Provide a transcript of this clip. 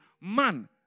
man